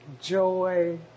joy